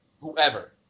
Whoever